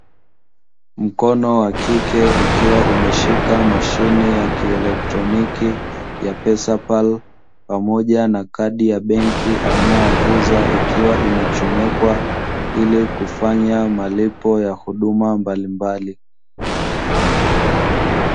Mkono wa kike ukiwa umeshika mashine ya kielektroniki ya "pesapali", pamoja na kadi ya benki aina ya visa ikiwa imechomekwa ili kufanya malipo ya huduma mbalimbali.